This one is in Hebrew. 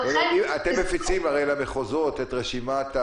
הרי אתם מפיצים למחוזות את הרשימה,